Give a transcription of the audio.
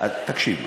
תקשיב,